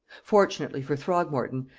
fortunately for throgmorton,